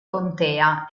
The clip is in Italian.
contea